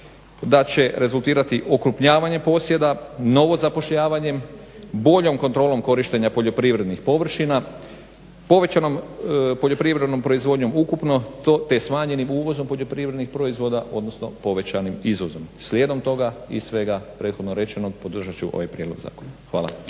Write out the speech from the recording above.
da će rezultirati okrupnjavanje posjeda, novo zapošljavanje boljom kontrolom korištenja poljoprivrednih površina, povećanom poljoprivrednom proizvodnjom ukupno te smanjenim uvozom poljoprivrednih proizvoda odnosno povećanim izvozom. Slijedom toga i svega prethodnog podržat ću ovaj prijedlog zakona. Hvala.